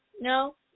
No